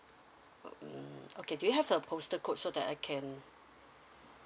mm okay do you have a postal code so that I can